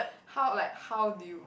how like how do you